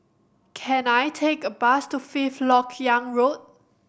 can I take a bus to Fifth Lok Yang Road